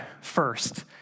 first